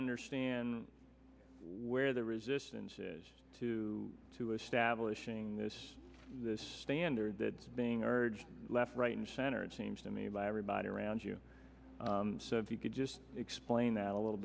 understand where the resistance is to to establishing this this standard that is being urged left right and center it seems to me by everybody around you if you could just explain that a little